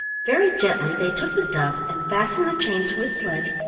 very gently they took the dove and fastened the chain to its leg,